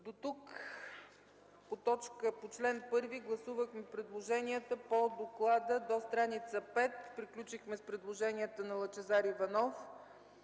Дотук по чл. 1 гласувахме предложенията по доклада до страница 5. Приключихме с предложенията на Лъчезар Иванов,